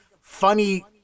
funny